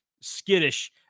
skittish